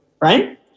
right